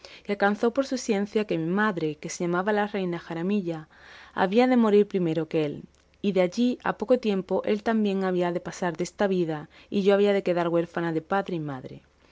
y alcanzó por su ciencia que mi madre que se llamaba la reina jaramilla había de morir primero que él y que de allí a poco tiempo él también había de pasar desta vida y yo había de quedar huérfana de padre y madre